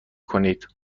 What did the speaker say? کنید